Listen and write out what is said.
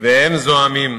והם זועמים,